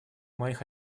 моих